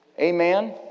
Amen